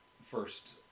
first